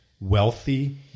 wealthy